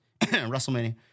WrestleMania